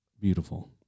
Beautiful